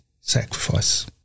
sacrifice